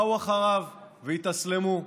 באו אחריו והתאסלמו.